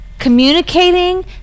Communicating